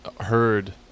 heard